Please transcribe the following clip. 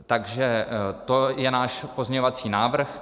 Takže to je náš pozměňovací návrh.